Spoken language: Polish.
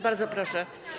Bardzo proszę.